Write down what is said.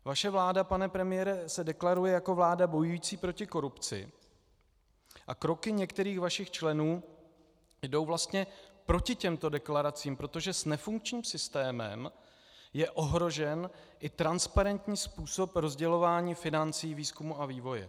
Vaše vláda, pane premiére, se deklaruje jako vláda bojující proti korupci a kroky některých vašich členů jdou vlastně proti těmto deklaracím, protože s nefunkčním systémem je ohrožen i transparentní způsob rozdělování financí výzkumu a vývoje.